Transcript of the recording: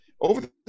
over